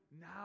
now